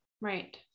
Right